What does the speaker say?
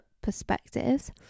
perspectives